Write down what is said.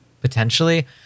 potentially